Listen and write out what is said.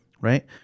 Right